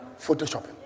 Photoshopping